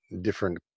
different